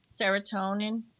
serotonin